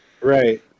Right